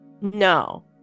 No